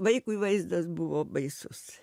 vaikui vaizdas buvo baisus